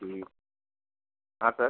ठीक हाँ सर